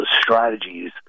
strategies